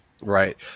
Right